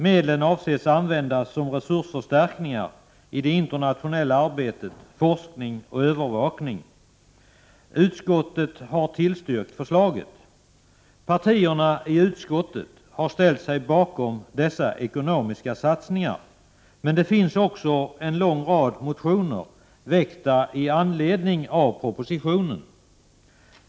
Medlen avses användas som resursförstärkningar i det internationella arbetet samt till forskning och övervakning. Utskottet har tillstyrkt förslaget. Partierna i utskottet har ställt sig bakom dessa ekonomiska satsningar, men det finns också en lång rad motioner, väckta i anledning av propositionen.